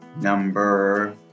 number